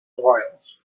royals